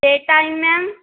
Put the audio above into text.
ਅਤੇ time ma'am